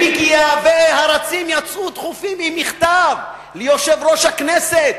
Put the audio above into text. והרצים יצאו דחופים עם מכתב ליושב-ראש הכנסת